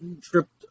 tripped